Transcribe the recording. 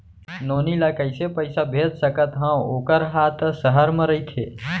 नोनी ल कइसे पइसा भेज सकथव वोकर हा त सहर म रइथे?